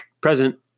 Present